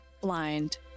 blind